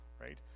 right